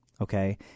Okay